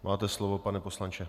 Máte slovo, pane poslanče.